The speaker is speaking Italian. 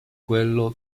quello